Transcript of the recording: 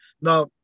Now